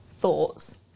thoughts